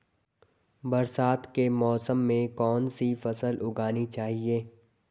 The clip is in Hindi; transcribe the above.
बरसात के मौसम में कौन सी फसल उगानी चाहिए?